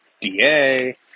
da